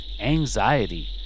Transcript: anxiety